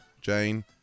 Jane